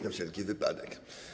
Na wszelki wypadek.